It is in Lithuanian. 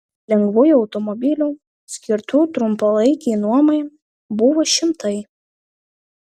lengvųjų automobilių skirtų trumpalaikei nuomai buvo šimtai